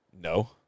no